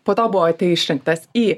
po to buvote išrinktas į